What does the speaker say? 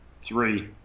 three